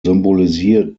symbolisiert